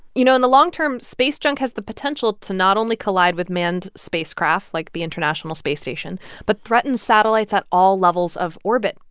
you know, in the long term, space junk has the potential to not only collide with manned spacecraft like the international space station but threaten satellites at all levels of orbit,